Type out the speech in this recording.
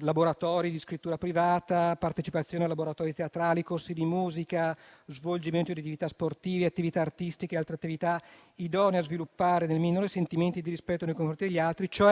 laboratori di scrittura privata, partecipazione a laboratori teatrali, corsi di musica, svolgimento di attività sportive, attività artistiche e altre idonee a sviluppare nel minore sentimenti di rispetto nei confronti degli altri. Si